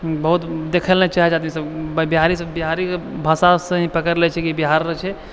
बहुत देखैए लए नहि चाहै रहै आदमी सब बिहारी सब बिहारी भाषासँ ही पकड़ि लै छै बिहारके छै